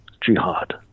jihad